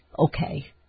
Okay